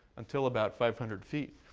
until about five hundred feet.